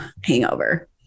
hangover